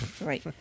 Right